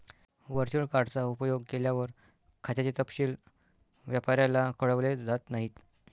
virtual card चा उपयोग केल्यावर, खात्याचे तपशील व्यापाऱ्याला कळवले जात नाहीत